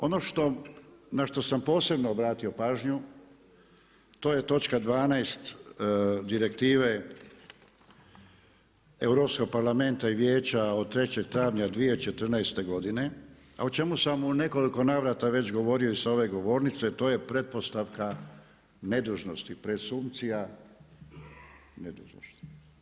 Ono na što sam posebno obratio pažnju, to je točka 12. direktive Europskog parlamenta i Vijeća od 03. travnja 2014. godine, a o čemu sam u nekoliko navrata već govorio i sa ove govornice, to je pretpostavka nedužnosti, presumpcija nedužnosti.